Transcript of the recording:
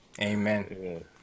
Amen